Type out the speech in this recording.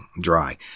dry